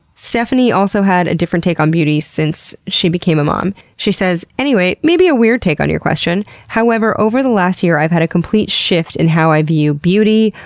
stephanie also had a different take on beauty since she became a mom. she says, anyway, maybe a weird take on your question. however, over the last year i've had a complete shift in how i view beauty,